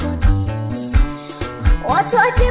to do